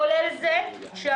כולל זה שהמפעל,